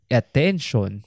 attention